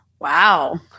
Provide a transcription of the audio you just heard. Wow